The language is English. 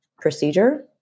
procedure